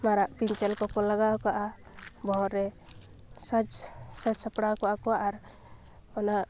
ᱢᱟᱨᱟᱜ ᱯᱤᱧᱪᱟᱹᱨ ᱠᱚ ᱠᱚ ᱞᱟᱜᱟᱣ ᱠᱟᱜᱼᱟ ᱵᱚᱦᱚᱜᱨᱮ ᱥᱟᱡᱽ ᱥᱟᱡᱽ ᱥᱟᱯᱲᱟᱣᱠᱚᱜ ᱟᱠᱚ ᱟᱨ ᱚᱱᱟ